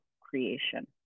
creation